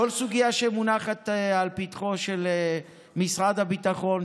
בכל סוגיה שמונחת לפתחו של משרד הביטחון,